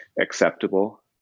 acceptable